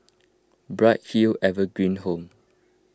Bright Hill Evergreen Home